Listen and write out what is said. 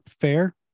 fair